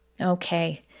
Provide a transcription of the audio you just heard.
Okay